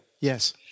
Yes